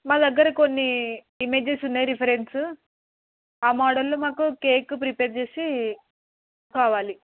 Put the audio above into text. మా దగ్గర కొన్ని ఇమేజెస్ ఉన్నాయి రిఫరెన్స్ ఆ మోడల్లో మాకు కేక్ ప్రిపేర్ చేసి కావాలి